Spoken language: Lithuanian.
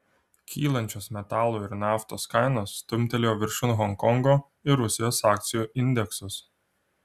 kylančios metalų ir naftos kainos stumtelėjo viršun honkongo ir rusijos akcijų indeksus